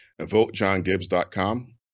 VoteJohnGibbs.com